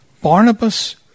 Barnabas